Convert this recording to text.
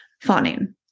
fawning